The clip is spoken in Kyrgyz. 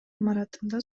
имаратында